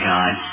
God